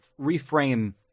reframe